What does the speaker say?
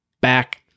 back